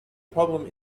problem